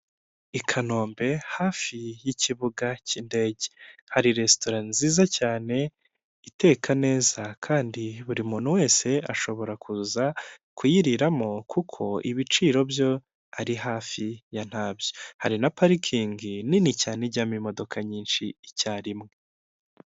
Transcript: I kanombe hafi y'ikibuga cy'indege hari resitora nziza cyane iteka neza kandi buri muntu wese ashobora kuza kuyiriramo kuko ibiciro byo ari hafi ya ntabyo. Hari na parikingi nini cyane ijyamo imodoka nyinshi icyarimwe.